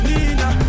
Nina